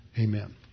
Amen